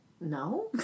no